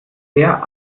sehr